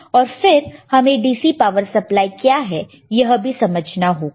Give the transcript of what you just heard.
और फिर हमें DC पावर सप्लाई क्या है यह भी समझना होगा